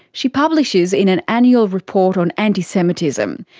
she publishes in an annual report on anti-semitism.